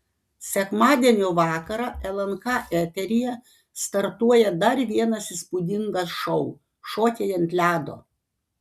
sekmadienio vakarą lnk eteryje startuoja dar vienas įspūdingas šou šokiai ant ledo